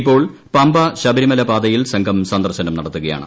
ഇപ്പോൾ പമ്പശബ്രിമല പാതയിൽ സംഘം സന്ദർശനം നടത്തുകയാണ്